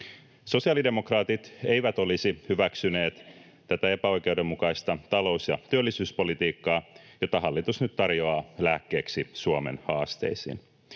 Sosiaalidemokraatit eivät olisi hyväksyneet tätä epäoikeudenmukaista talous- ja työllisyyspolitiikkaa, jota hallitus nyt tarjoaa lääkkeeksi Suomen haasteisiin.